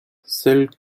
seule